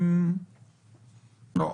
לא.